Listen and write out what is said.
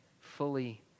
fully